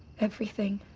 everything,